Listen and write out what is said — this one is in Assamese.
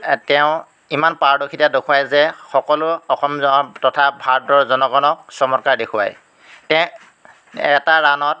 তেওঁ ইমান পাৰদৰ্শিতা দেখুৱায় যে সকলো অসম জন তথা ভাৰতৰ জনগণক চমৎকাৰ দেখুৱায় তেওঁ এটা ৰাণত